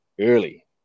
early